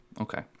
Okay